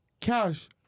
Cash